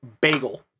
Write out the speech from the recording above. Bagel